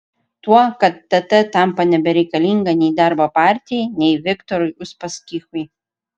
tuo kad tt tampa nebereikalinga nei darbo partijai nei viktorui uspaskichui